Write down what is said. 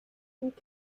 und